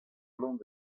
nombre